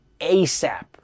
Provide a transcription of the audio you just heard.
ASAP